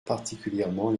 particulièrement